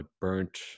burnt